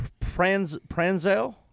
Pranzel